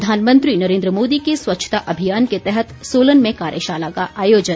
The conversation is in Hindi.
प्रधानमंत्री नरेन्द्र मोदी के स्वच्छता अभियान के तहत सोलन में कार्यशाला का आयोजन